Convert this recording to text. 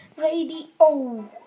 Radio